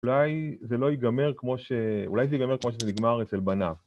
אולי זה לא ייגמר כמו שנגמר אצל בניו.